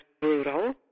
brutal